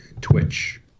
Twitch